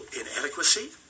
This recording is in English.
inadequacy